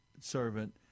servant